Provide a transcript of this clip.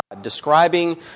describing